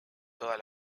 todas